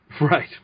right